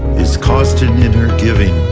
is constant in her giving,